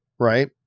right